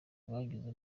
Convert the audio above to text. bagize